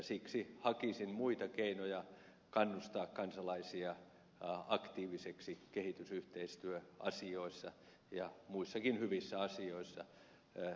siksi hakisin muita keinoja kannustaa kansalaisia aktiivisiksi kehitysyhteistyöasioissa ja muissakin hyvissä asioissa